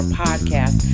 podcast